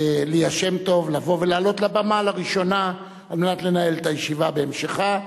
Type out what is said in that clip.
ליה שמטוב לבוא ולעלות לבמה לראשונה על מנת לנהל את הישיבה בהמשכה.